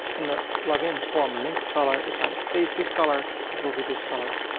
and the login form link color, if i paste this color, it will be this color.